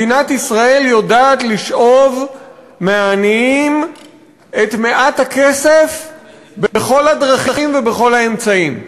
מדינת ישראל יודעת לשאוב מהעניים את מעט הכסף בכל הדרכים ובכל האמצעים.